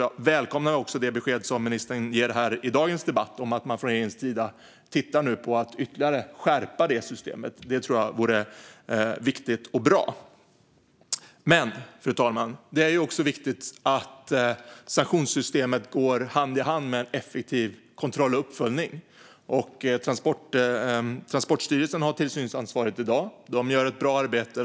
Jag välkomnar också det besked som ministern ger här i dagens debatt om att man från regeringens sida tittar på att ytterligare skärpa det systemet. Det tycker jag är viktigt och bra. Men, fru talman, det är också viktigt att sanktionssystemet går hand i hand med effektiv kontroll och uppföljning. Transportstyrelsen har tillsynsansvaret i dag, och de gör ett bra arbete.